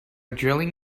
drilling